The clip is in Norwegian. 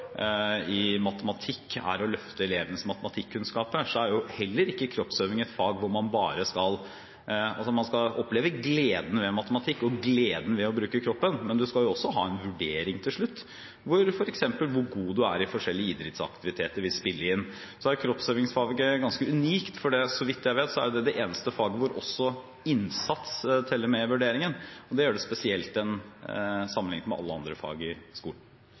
i matematikk er å løfte elevenes matematikkunnskaper, er heller ikke kroppsøving et fag hvor man skal bare oppleve glede. Man skal oppleve gleden ved matematikk og gleden ved å bruke kroppen, men man skal også ha en vurdering til slutt. Hvor god man f.eks. er i forskjellige idrettsaktiviteter, vil spille inn. Kroppsøvingsfaget er ganske unikt. Så vidt jeg vet, er det det eneste faget hvor også innsats teller med i vurderingen. Det gjør det spesielt sammenlignet med alle andre fag i skolen.